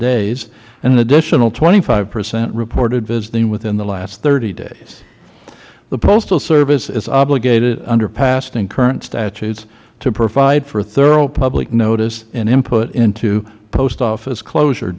days an additional twenty five percent reported visiting within the last thirty days the postal service is obligated under past and current statutes to provide for thorough public notice and input into post office closure